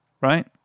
Right